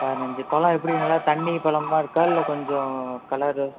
பதினஞ்சு பழம் எப்படி நல்லா தண்ணி பழமா இருக்கா இல்லை கொஞ்சம் கலரு